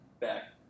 back